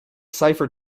cipher